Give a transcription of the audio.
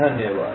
धन्यवाद